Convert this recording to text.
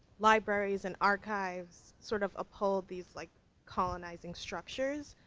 libraries and archives sort of uphold these like colonizing structures,